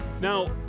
Now